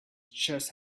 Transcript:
chest